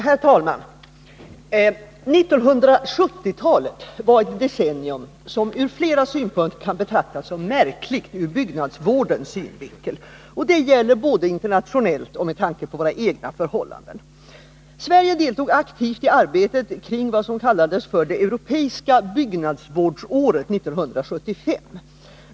Herr talman! 1970-talet var ett decennium som ur flera synpunkter kan betraktas som märkligt ur byggnadsvårdens synvinkel. Detta gäller både internationellt och med tanke på våra egna förhållanden. Sverige deltog aktivt i arbetet kring det som kallades Europeiska byggnadsvårdsåret 1975.